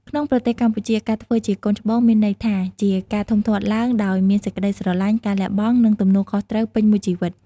ក្នុងប្រទេសកម្ពុជា ការធ្វើជាកូនច្បងមានន័យថាជាការធំធាត់ឡើងដោយមានសេចក្ដីស្រឡាញ់ ការលះបង់ និងទំនួលខុសត្រូវពេញមួយជីវិត។